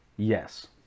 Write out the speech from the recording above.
Yes